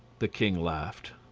the king laughed.